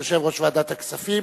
יושב-ראש ועדת הכספים,